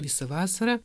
visą vasarą